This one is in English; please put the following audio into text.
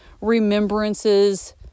remembrances